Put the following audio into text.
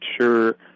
sure